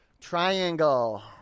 Triangle